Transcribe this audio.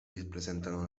rappresentano